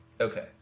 Okay